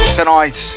tonight